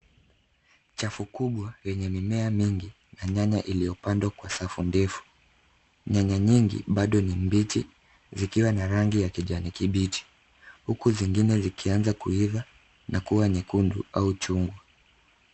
Chafu kubwa yenye mimea mingi ya nyanya iliyopandwa kwa safu ndefu. Nyanya nyingi bado ni mbichi zikiwa na rangi ya kijani kibichi, huku zingine zikianza kuiva na kuwa nyekundu au chungwa.